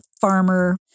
farmer